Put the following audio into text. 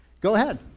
go ahead.